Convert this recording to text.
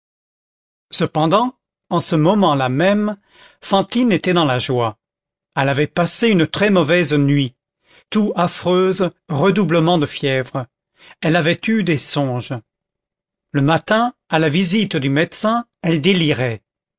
cependant en ce moment-là même fantine était dans la joie elle avait passé une très mauvaise nuit toux affreuse redoublement de fièvre elle avait eu des songes le matin à la visite du médecin elle délirait